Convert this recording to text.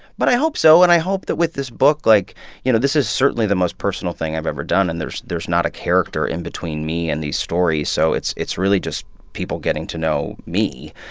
but i hope so. and i hope that with this book, like you know, this is certainly the most personal thing i've ever done, and there's there's not a character in between me and these stories. so it's it's really just people getting to know me,